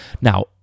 Now